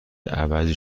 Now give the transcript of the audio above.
عوضی